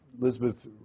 Elizabeth